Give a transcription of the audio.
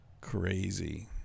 Crazy